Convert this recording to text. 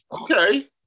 Okay